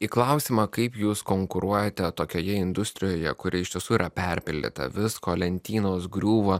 į klausimą kaip jūs konkuruojate tokioje industrijoje kuri iš tiesų yra perpildyta visko lentynos griūva